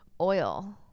oil